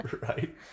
Right